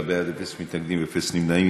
שבעה בעד, אפס מתנגדים, אפס נמנעים.